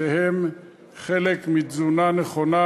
שהם חלק מתזונה נכונה,